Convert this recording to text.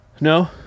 No